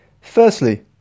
Firstly